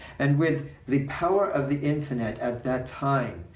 and with the power of the internet at that time,